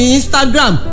Instagram